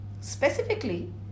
specifically